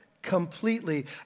completely